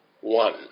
one